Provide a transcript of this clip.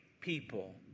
people